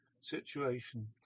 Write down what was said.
situation